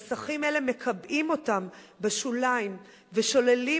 חסכים אלה מקבעים אותם בשוליים ושוללים